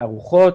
ערוכות.